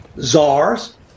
czars